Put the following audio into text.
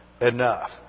enough